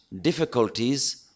difficulties